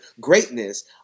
greatness